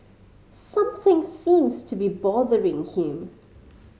something seems to be bothering him